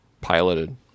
piloted